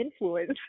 influence